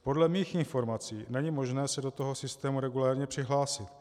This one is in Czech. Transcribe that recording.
Podle mých informací není možné se do toho systému regulérně přihlásit.